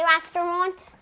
restaurant